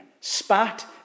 spat